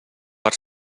per